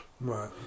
right